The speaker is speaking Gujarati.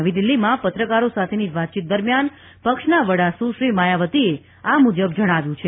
નવી દિલ્હમાં પત્રકારો સાથેની વાતચીત દરમિયાન પક્ષના વડા સુશ્રી માયાવતીએ આ મુજબ જણાવ્યું છે